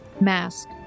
mask